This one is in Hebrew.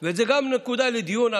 זה גם נקודה לדיון,